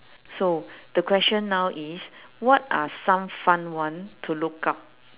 so the question now is what are some fun one to look up